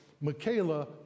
Michaela